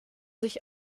sich